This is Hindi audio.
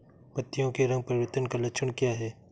पत्तियों के रंग परिवर्तन का लक्षण क्या है?